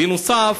בנוסף,